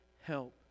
help